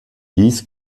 dies